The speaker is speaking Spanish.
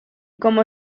como